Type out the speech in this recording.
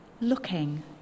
looking